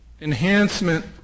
enhancement